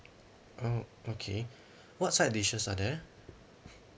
oh okay what side dishes are there